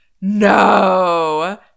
no